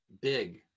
big